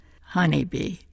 Honeybee